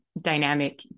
dynamic